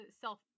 self